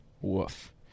woof